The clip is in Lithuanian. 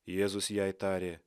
jėzus jai tarė